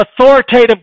authoritative